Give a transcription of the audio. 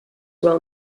well